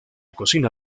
cocina